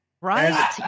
Right